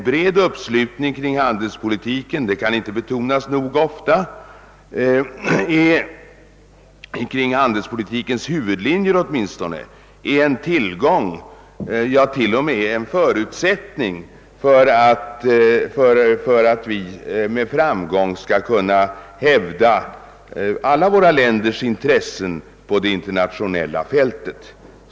Det kan inte nog ofta betonas att en bred uppslutning kring handelspolitiken, åtminstone kring dess huvudlinjer, är en tillgång, ja, en förutsättning för att vi alla med framgång skall kunna hävda våra länders intressen på det internationella fältet.